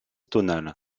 tonal